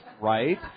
Right